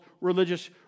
religious